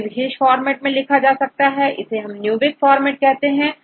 इन्हें विशेष फॉर्मेट में भी लिखा जा सकता है इसेNewick formatकहते हैं